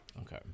Okay